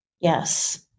Yes